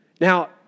Now